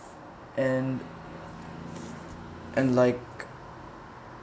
and and like